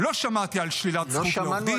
לא שמעתי על שלילת זכות לעורך דין.